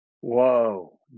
Whoa